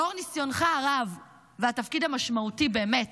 לאור ניסיונך הרב והתפקיד המשמעותי באמת